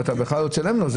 ואתה בכלל לא תשלם לו,